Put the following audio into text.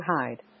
hide